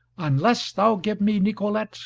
unless thou give me nicolete,